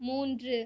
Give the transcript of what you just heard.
மூன்று